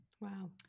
Wow